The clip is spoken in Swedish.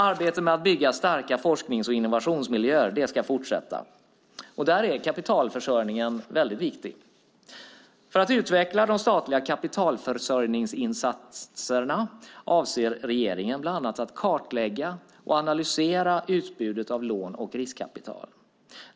Arbetet med att bygga starka forsknings och innovationsmiljöer ska fortsätta. Där är kapitalförsörjningen väldigt viktig. För att utveckla de statliga kapitalförsörjningsinsatserna avser regeringen bland annat att kartlägga och analysera utbudet av lån och riskkapital.